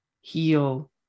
heal